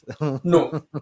No